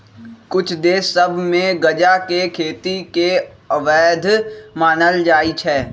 कुछ देश सभ में गजा के खेती के अवैध मानल जाइ छै